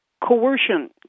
Coercion